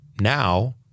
now